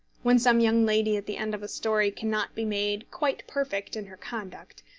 when some young lady at the end of a story cannot be made quite perfect in her conduct,